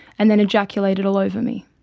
and then ejaculated all over me.